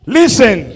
listen